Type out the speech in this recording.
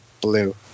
blue